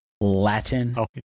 Latin